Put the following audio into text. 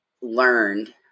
learned